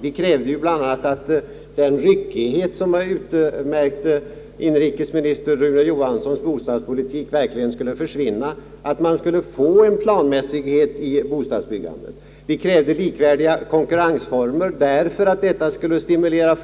Vi krävde bl.a. att den ryckighet som utmärkte inrikesminister Rune Johanssons bostadspolitik verkligen skulle försvinna och att man skulle få planmässighet i bostadsbyggandet. Vi krävde likvärdiga konkurrensformer, ty detta skulle stimulera